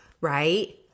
right